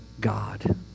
God